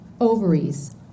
ovaries